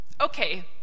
Okay